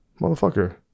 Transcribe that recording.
motherfucker